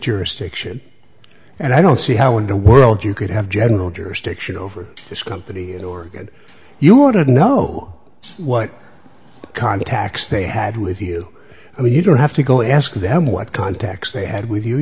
jurisdiction and i don't see how in the world you could have general jurisdiction over this company in oregon you want to know what contacts they had with you i mean you don't have to go ask them what contacts they had with you